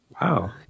Wow